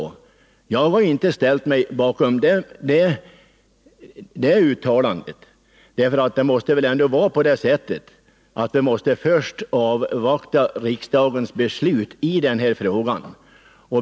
Men jag har inte ställt mig bakom hans uttalande. Vi måste avvakta riksdagens beslut i den här frågan.